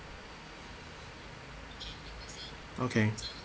okay